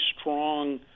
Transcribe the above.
strong